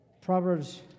Proverbs